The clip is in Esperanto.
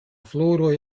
floroj